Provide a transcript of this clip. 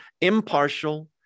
impartial